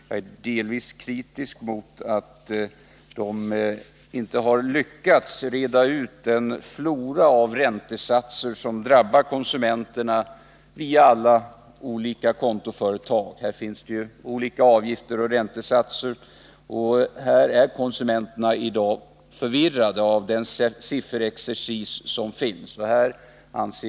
Jag är dock delvis kritisk mot att verket inte har lyckats reda ut den flora av räntesatser som drabbar konsumenterna via alla olika kontoföretag och med de olika avgifter och räntesatser som finns. Här är konsumenterna förvirrade av den sifferexercis som uppvisas.